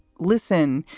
listen,